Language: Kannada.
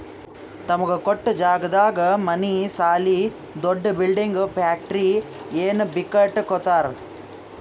ತಮಗ ಕೊಟ್ಟ್ ಜಾಗದಾಗ್ ಮನಿ ಸಾಲಿ ದೊಡ್ದು ಬಿಲ್ಡಿಂಗ್ ಫ್ಯಾಕ್ಟರಿ ಏನ್ ಬೀ ಕಟ್ಟಕೊತ್ತರ್